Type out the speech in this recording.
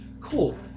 Cool